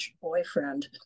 boyfriend